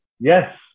yes